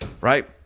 right